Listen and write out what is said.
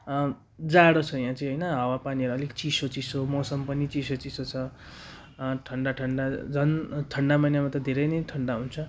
जाडो छ यहाँ चाहिँ होइन हावापानीहरू अलिक चिसो चिसो मौसम पनि चिसो चिसो छ थन्डा थन्डा झन् थन्डा महिनामा त धेरै नै थन्डा हुन्छ